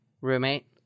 roommate